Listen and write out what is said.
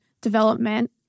development